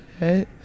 right